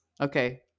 Okay